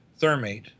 Thermate